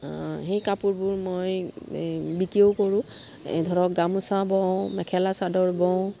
সেই কাপোৰবোৰ মই বিক্ৰীও কৰোঁ ধৰক গামোচা বওঁ মেখেলা চাদৰ বওঁ